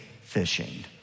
fishing